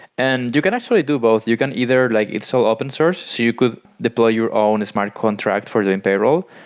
and you can actually do both. you can either, like it's still open source so you could deploy your own smart contract for the payroll,